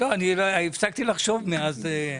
הפסקתי לחשוב מאז.